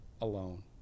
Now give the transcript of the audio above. alone